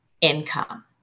income